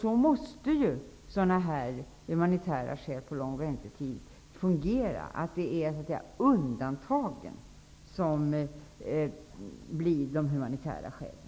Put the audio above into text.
Så måste ju humanitära skäl när det gäller lång väntetid fungera. Det är undantagen som blir de humanitära skälen.